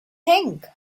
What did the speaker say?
think